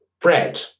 bread